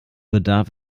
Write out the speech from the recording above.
bedarf